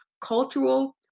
cultural